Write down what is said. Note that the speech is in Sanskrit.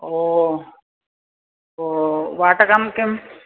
ओ ओ भाटकं किम्